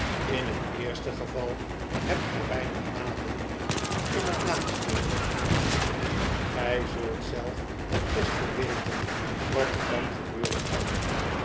in het eerste geval hebt gij weinig nadeel in het laatste nu gij zult zelf het beste weten wat er dan gebeuren kan